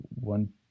one